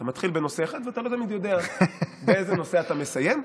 אתה מתחיל בנושא אחד ואתה לא תמיד יודע באיזה נושא אתה מסיים.